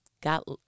Got